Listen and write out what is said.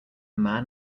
man